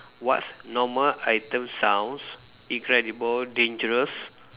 what's normal item sounds incredible dangerous